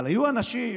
אבל היו אנשים,